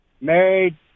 married